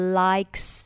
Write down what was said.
likes